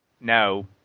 No